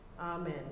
Amen